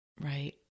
Right